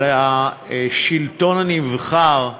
על השלטון הנבחר,